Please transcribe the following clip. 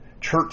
church